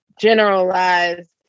generalized